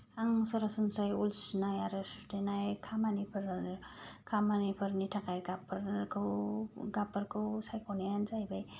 आं सरासनस्रायै उल सुनाय आरो सुथेनाय खामानिफोर खामानिफोरनि थाखाय गाबफोरखौ गाबफोरखौ सायख'नायानो जाहैबाय